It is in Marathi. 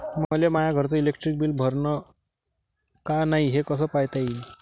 मले माया घरचं इलेक्ट्रिक बिल भरलं का नाय, हे कस पायता येईन?